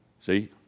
See